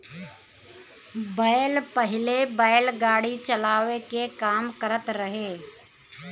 बैल पहिले बैलगाड़ी चलावे के काम करत रहे